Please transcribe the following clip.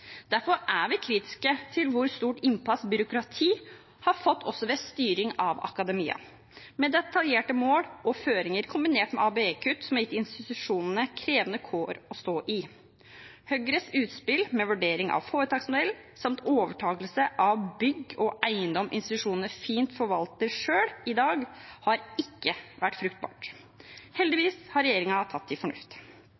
Derfor er vi kritiske til hvor stort innpass byråkrati har fått også ved styring av akademia, med detaljerte mål og føringer kombinert med ABE-kutt, som har gitt institusjonene krevende kår å stå i. Høyres utspill med vurdering av foretaksmodell samt overtakelse av bygg og eiendom som institusjonene fint forvalter selv i dag, har ikke vært fruktbart.